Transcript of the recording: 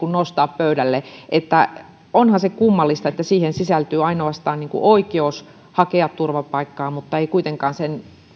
nostaa pöydälle että onhan se kummallista että siihen sisältyy ainoastaan oikeus hakea turvapaikkaa mutta ei kuitenkaan sen